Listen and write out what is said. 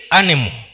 animal